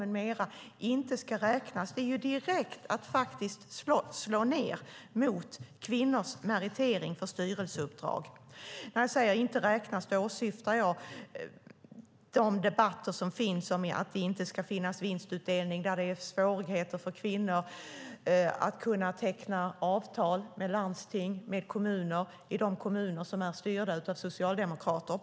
Det är att direkt slå ned mot kvinnors meritering för styrelseuppdrag. När jag säger "inte ska räknas" åsyftar jag de debatter som förs om att det inte ska finnas vinstutdelning samt svårigheterna för kvinnor att teckna avtal med landsting och kommuner där socialdemokrater styr.